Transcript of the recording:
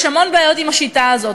יש המון בעיות עם השיטה הזאת,